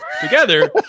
together